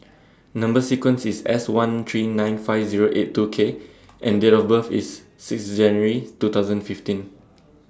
Number sequence IS S one three nine five Zero eight two K and Date of birth IS six January two thousand and fifteen